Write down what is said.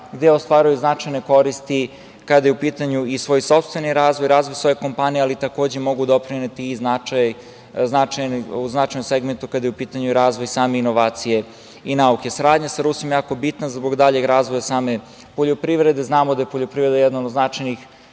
gde ostvaruju značajne koristi kada je u pitanju i svoj sopstveni razvoj, razvoj svoje kompanije, ali takođe mogu doprineti u značajnom segmentu kada je u pitanju razvoj same inovacije i nauke. Saradnja sa Rusijom je jako bitna zbog daljeg razvoja same poljoprivrede. Znamo da je poljoprivreda jedan od značajnih